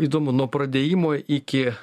įdomu nuo pradėjimo iki